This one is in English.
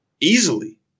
Easily